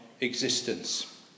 existence